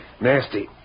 Nasty